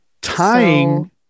Tying